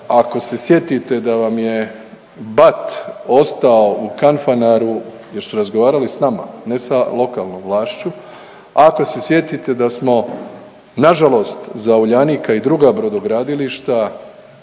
ako se sjetite da vam je BAT ostao u Kanfanaru jer su razgovarali s nama, ne sa lokalnom vlašću, ako se sjetite da smo, nažalost za Uljanika i druga brodogradilišta,